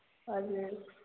हजुर